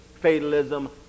fatalism